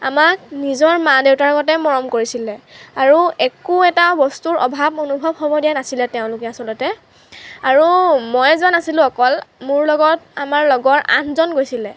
আমাক নিজৰ মা দেউতাৰ গতে মৰম কৰিছিলে আৰু একো এটা বস্তুৰ অভাৱ অনুভৱ হ'ব দিয়া নাছিলে তেওঁলোকে আচলতে আৰু ময়েই যোৱা নাছিলোঁ অকল মোৰ লগত আমাৰ লগৰ আঠজন গৈছিলে